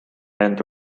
enda